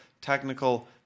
technical